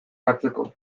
batzeko